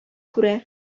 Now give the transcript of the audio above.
күрә